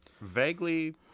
vaguely